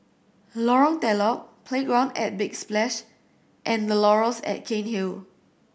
Lorong Telok Playground at Big Splash and The Laurels at Cairnhill